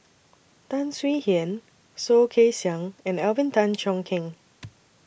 Tan Swie Hian Soh Kay Siang and Alvin Tan Cheong Kheng